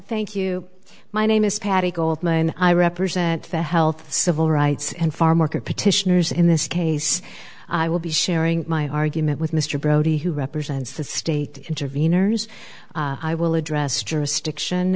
thank you my name is patty goldman i represent fair health civil rights and farm worker petitioners in this case i will be sharing my argument with mr brody who represents the state intervenors i will address jurisdiction